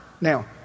Now